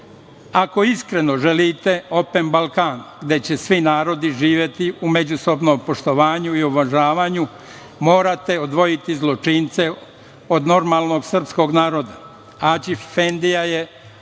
iskreno želite „open Balkan“, gde će svi narodi živeti u međusobnom poštovanju i uvažavanju, morate odvojiti zločince od normalnog srpskog naroda. Aćif Efendiju je